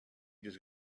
just